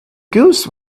goose